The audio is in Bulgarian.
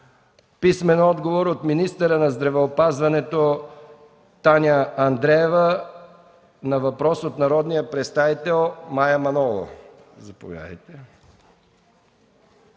Антон Кутев; - министъра на здравеопазването Таня Андреева на въпрос от народния представител Мая Манолова;